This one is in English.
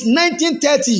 1930